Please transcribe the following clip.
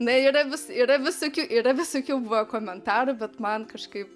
na yra vis yra visokių yra visokių komentarų bet man kažkaip